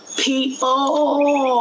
people